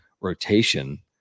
rotation